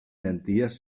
llenties